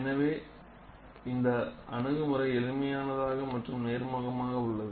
எனவே இந்த அணுகுமுறை எளிமையானதாக மற்றும் நேர்முகமாக உள்ளது